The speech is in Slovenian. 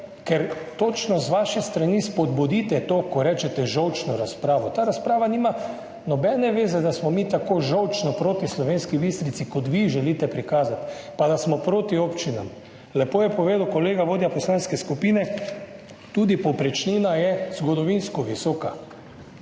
ker točno z vaše strani spodbudite to, kar ste rekli, žolčno razpravo. Ta razprava nima nobene zveze s tem, da smo mi tako žolčno proti Slovenski Bistrici, kot vi želite prikazati, pa da smo proti občinam. Lepo je povedal kolega vodja poslanske skupine, tudi povprečnina je zgodovinsko visoka.